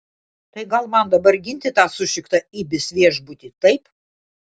tai gal man dabar ginti tą sušiktą ibis viešbutį taip